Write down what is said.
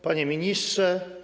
Panie Ministrze!